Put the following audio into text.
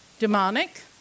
Demonic